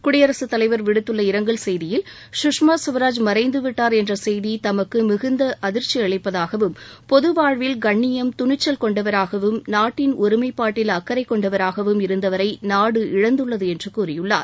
குடியரசு தலைவர் விடுத்துள்ள இரங்கல் செய்தியில் சுஷ்மா ஸ்வராஜ் மறைந்து விட்டார் என்ற செய்தி தமக்கு மிகுந்த அதிர்க்சி அளிப்பதாகவும் பொது வாழ்வில் கண்ணியம் துணிச்சல் கொண்டவராகவும் நாட்டின் ஒருமைப்பாட்டில் அக்கறை கொண்டவராகவும் இருந்தவரை நாடு இழந்துள்ளது என்று கூறியுள்ளார்